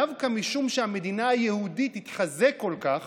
דווקא משום שהמדינה היהודית תתחזק כל כך